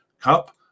cup